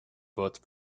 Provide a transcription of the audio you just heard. both